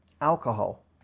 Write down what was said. alcohol